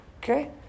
Okay